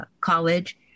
college